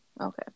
Okay